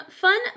fun